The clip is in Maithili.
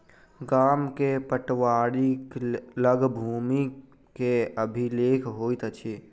गाम में पटवारीक लग भूमि के अभिलेख होइत अछि